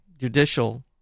judicial